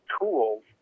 tools